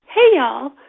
hey, y'all.